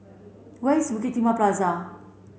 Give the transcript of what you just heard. where is Bukit Timah Plaza